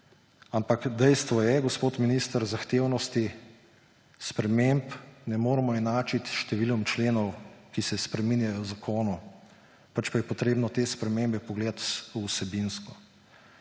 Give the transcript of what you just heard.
Ampak dejstvo je, gospod minister, zahtevnosti sprememb ne moremo enačiti s številom členov, ki se spreminjajo v zakonu, pač pa je treba te spremembe pogledati vsebinsko.